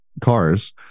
cars